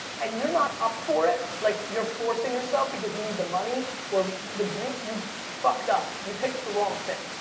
and you're not up for it like you're forcing yourself because you need the money or the dream. you've fucked up. you picked the wrong thing.